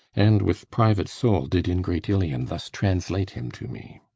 and, with private soul, did in great ilion thus translate him to me.